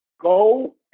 Go